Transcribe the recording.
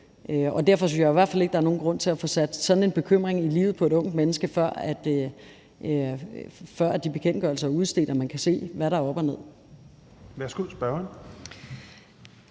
hvert fald ikke, at der er nogen grund til at få sat sådan en bekymring i livet på et ungt menneske, før de bekendtgørelser er udstedt og man kan se, hvad der er op og ned.